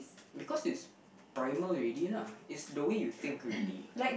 because it's primal already lah it's the way you think already